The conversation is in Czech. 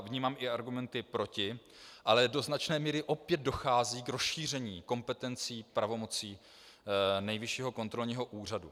Vnímám i argumenty proti, ale do značné míry opět dochází k rozšíření kompetencí, pravomocí Nejvyššího kontrolního úřadu.